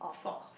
fog